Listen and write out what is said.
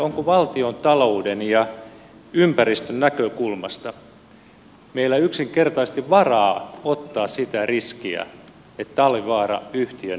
onko valtiontalouden ja ympäristön näkökulmasta meillä yksinkertaisesti varaa ottaa sitä riskiä että talvivaara yhtiönä kaatuisi